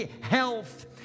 health